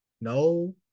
No